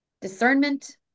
discernment